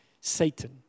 Satan